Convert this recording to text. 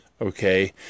okay